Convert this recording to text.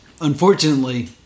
unfortunately